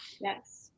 Yes